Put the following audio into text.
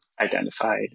identified